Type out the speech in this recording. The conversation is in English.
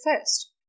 first